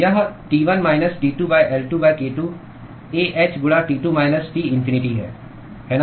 तो यह T1 minus T2 L2 k2 A h गुणा T2 माइनस T इन्फिनिटी है है ना